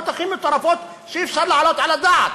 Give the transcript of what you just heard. הכי מטורפות שאפשר להעלות על הדעת,